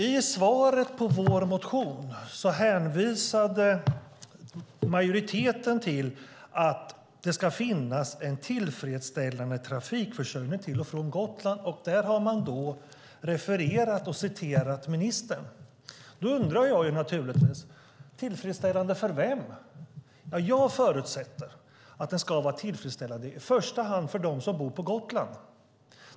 I svaret på vår motion hänvisade majoriteten till att det ska finnas en tillfredsställande trafikförsörjning till och från Gotland, och där har man refererat och citerat ministern. Då undrar jag naturligtvis: tillfredsställande för vem? Jag förutsätter att det ska vara tillfredsställande i första hand för dem som bor på Gotland.